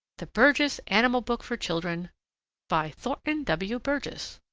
the burgess animal book for children by thornton w. burgess